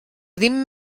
ddim